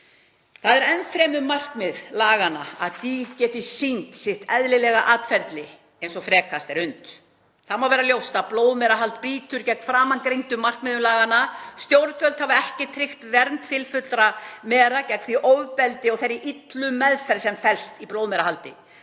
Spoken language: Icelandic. Það er enn fremur markmið laganna að dýr geti sýnt sitt eðlilega atferli eins og frekast er unnt. Það má vera ljóst að blóðmerahald brýtur gegn framangreindum markmiðum laganna. Stjórnvöld hafa ekki tryggt vernd fylfullra mera gegn því ofbeldi og þeirri illu meðferð sem felst í blóðmerahaldi.